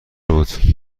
بود